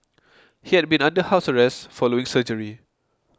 he had been under house arrest following surgery